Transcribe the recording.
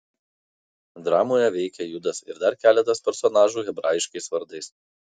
dramoje veikia judas ir dar keletas personažų hebraiškais vardais